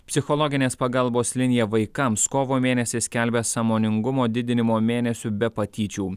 psichologinės pagalbos linija vaikams kovo mėnesį skelbia sąmoningumo didinimo mėnesiu be patyčių